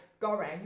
Goreng